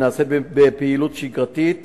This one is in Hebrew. ונעשית בפעילות שגרתית,